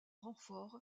renfort